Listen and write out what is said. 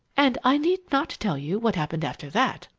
and i need not tell you what happened after that!